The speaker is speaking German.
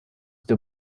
der